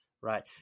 right